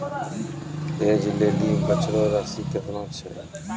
ऐज लेली बचलो राशि केतना छै?